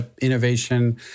innovation